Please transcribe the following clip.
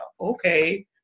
okay